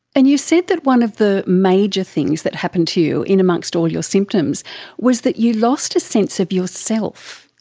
and you said that one of the major things that happened to you in amongst all your symptoms was that you lost a sense of yourself.